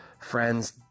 Friends